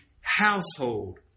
household